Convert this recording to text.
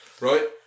Right